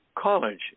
college